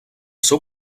seu